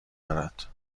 دارد